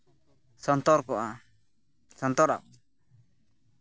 ᱥᱚᱱᱛᱚᱨ ᱠᱚᱜᱼᱟ ᱥᱚᱱᱛᱚᱨᱚᱜᱼᱟ